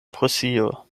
prusio